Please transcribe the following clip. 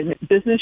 business